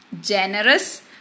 generous